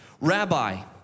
Rabbi